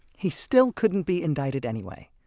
he still couldn't be indicted anyway,